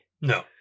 No